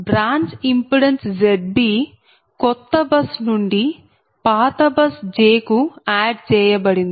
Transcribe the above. branch impedance Zb కొత్త bus నుండి పాత బస్ j కు ఆడ్ చేయబడింది